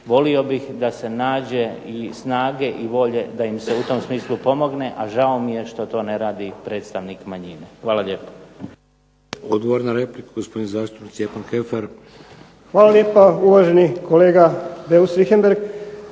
volio bih da se nađe i snage i volje da im se u tom smislu pomogne, a žao mi je što to ne radi predstavnik manjine. Hvala lijepo.